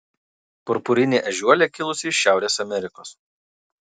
purpurinė ežiuolė kilusi iš šiaurės amerikos